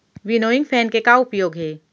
Winnowing fan के का उपयोग हे?